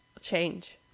change